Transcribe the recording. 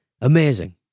amazing